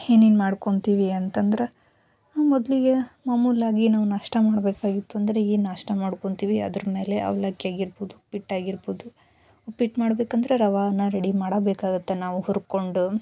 ಏನೇನು ಮಾಡ್ಕೋತೀವಿ ಅಂತಂದ್ರೆ ಮೊದಲಿಗೆ ಮಾಮುಲಾಗಿ ನಾವು ನಾಷ್ಟ ಮಾಡಬೇಕಾಗಿತ್ತು ಅಂದರೆ ಏನು ನಾಷ್ಟ ಮಾಡ್ಕೋತೀವಿ ಅದ್ರ ಮೇಲೆ ಅವಲಕ್ಕಿಯಾಗಿರ್ಬೋದು ಉಪ್ಪಿಟ್ಟಾಗಿರ್ಬೋದು ಉಪ್ಪಿಟ್ಟು ಮಾಡ್ಬೇಕಂದ್ರೆ ರವಾನ ರೆಡಿ ಮಾಡಬೇಕಾಗುತ್ತೆ ನಾವು ಹುರಕೊಂಡು